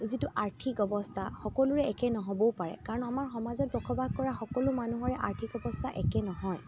যিটো আৰ্থিক অৱস্থা সকলোৰে একে নহবও পাৰে কাৰণ আমাৰ সমাজত বসবাস কৰা সকলো মানুহৰে আৰ্থিক অৱস্থা একে নহয়